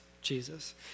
Jesus